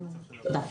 תודה.